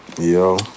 yo